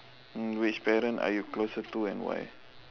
mm which parent are you closer to and why